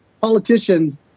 politicians